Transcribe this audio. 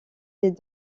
des